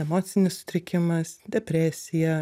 emocinis sutrikimas depresija